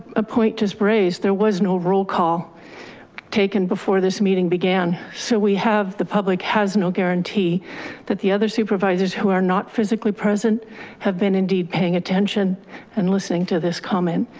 appoint just braised. there was no roll call taken before this meeting began. so we have the public has no guarantee that the other supervisors who are not physically present have been indeed paying attention and listening to this comment.